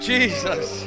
Jesus